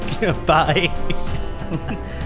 Goodbye